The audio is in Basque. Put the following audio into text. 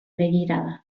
begirada